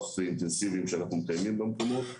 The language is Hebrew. אינטנסיביים שאנחנו מקיימים במשרד החינוך.